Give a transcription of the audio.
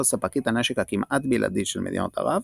ספקית הנשק הכמעט בלעדית של מדינות ערב,